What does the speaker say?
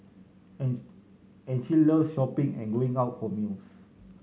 and and she loves shopping and going out for meals